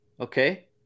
okay